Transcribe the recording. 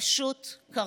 פשוט קרסו.